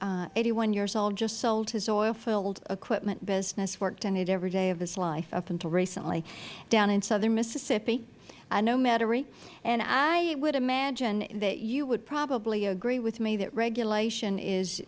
who eighty one years old just sold his oil filled equipment business worked in it every day of his life up until recently down in southern mississippi i know metairie and i would imagine that you would probably agree with me that regulation is